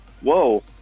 Whoa